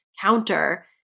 counter